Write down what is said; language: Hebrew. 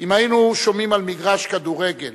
אם היינו שומעים על מגרש כדורגל